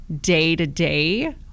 day-to-day